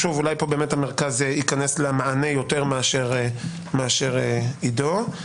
אולי פה המרכז ייכנס למענה יותר מאשר עידו.